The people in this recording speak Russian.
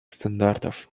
стандартов